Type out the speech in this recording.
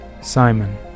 Simon